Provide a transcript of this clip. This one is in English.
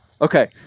Okay